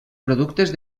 productes